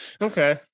Okay